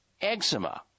eczema